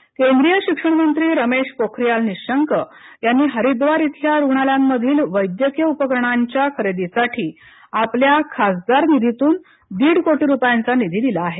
पोख्रीयाल केंद्रीय शिक्षण मंत्री रमेश पोख्रीयाल निशंक यांनी हरिद्वार इथंल्या रुग्णालयांमधील वैद्यकीय उपकरणांच्या खरेदीसाठी आपल्या खासदार निधीतून दीड कोटी रुपयांचा निधी दिला आहे